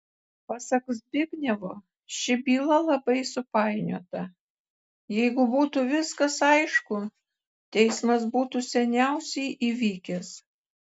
pasak zbignevo ši byla labai supainiota jeigu būtų viskas aišku teismas būtų seniausiai įvykęs